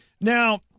Now